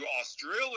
australia